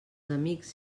amics